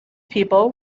people